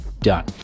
Done